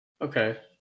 Okay